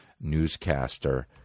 Newscaster